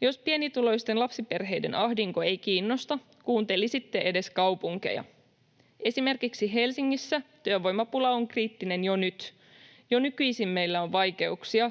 Jos pienituloisten lapsiperheiden ahdinko ei kiinnosta, kuuntelisitte edes kaupunkeja. Esimerkiksi Helsingissä työvoimapula on kriittinen jo nyt. Jo nykyisin meillä on vaikeuksia,